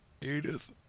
Edith